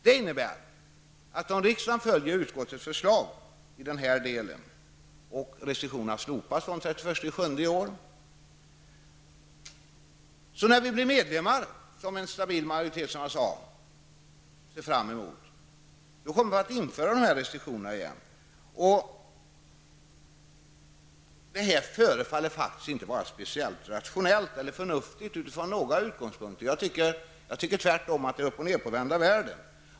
Detta innebär att om riksdagen följer utskottets förslag i den här delen kommer restriktionerna att slopas fr.o.m. den 31 juli i år. När vi sedan blir medlemmar, vilket en stabil majoritet ser fram emot, kommer vi att införa restriktionerna igen. Detta förefaller inte vara speciellt rationellt eller förnuftigt utifrån några utgångspunkter. Jag tycker tvärtom att det är upp och nedvända världen.